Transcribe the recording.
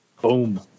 Boom